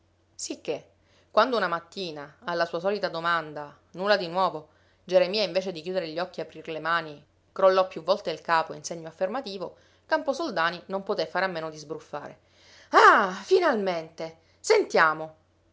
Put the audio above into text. sicché quando una mattina alla sua solita domanda nulla di nuovo geremia invece di chiudere gli occhi e aprir le mani crollò più volte il capo in segno affermativo camposoldani non poté fare a meno di sbuffare ah finalmente sentiamo